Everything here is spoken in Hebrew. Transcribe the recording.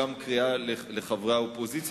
עוד דקה הוא מסיים,